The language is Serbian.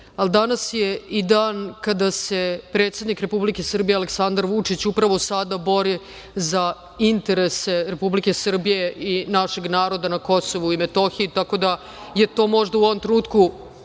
danas je i dan kada se predsednik Republike Srbije Aleksandar Vučić upravo sada bori za interese Republike Srbije i našeg naroda na Kosovu i Metohiji. To je možda u ovom trenutku